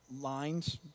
lines